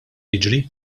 jiġri